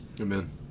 Amen